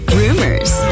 rumors